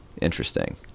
Interesting